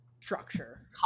structure